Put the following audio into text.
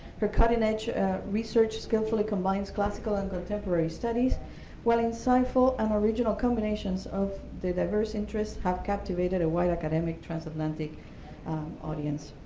her cutting-edge research skillfully combines classical and contemporary studies while insightful and original combinations of the diverse interests have captivated a wide academic transatlantic audience.